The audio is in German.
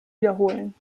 wiederholen